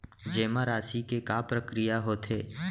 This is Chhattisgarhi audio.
जेमा राशि के का प्रक्रिया होथे?